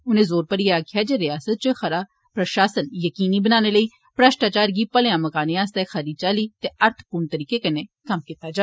उनें जोर भरियै आक्खेआ जे रियासत च खरा प्रशासन यकीनी बनाने लेई भ्रष्टावार गी भलेआं मकाने आस्तै खरी चाल्ली ते अर्थ पूर्ण तरीके कन्नै कम्म कीता जा